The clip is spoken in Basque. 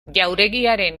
jauregiaren